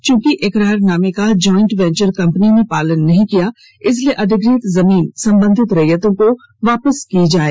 चूंकि एकरारनामे का ज्वाइंट वेंचर कंपनी ने पालन नहीं किया इसलिए अधिग्रहित जमीन संबंधित रैयतों को वापस की जाए